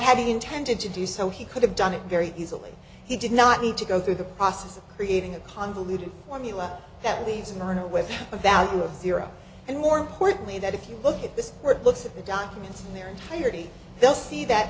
having intended to do so he could have done it very easily he did not need to go through the process of creating a convoluted formula that leaves in order with a value of zero and more importantly that if you look at the word looks at the documents in their entirety they'll see that